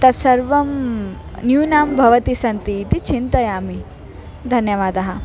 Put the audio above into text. तत्सर्वं न्यूनं भवन्ति सन्ति इति चिन्तयामि धन्यवादः